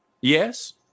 yes